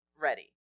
ready